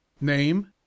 name